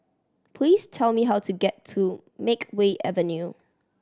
please tell me how to get to Makeway Avenue